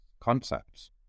concepts